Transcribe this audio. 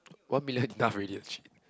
one million enough already actually